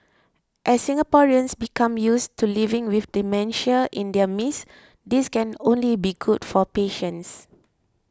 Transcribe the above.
as Singaporeans become used to living with dementia in their midst this can only be good for patients